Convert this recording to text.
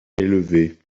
élevés